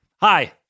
Hi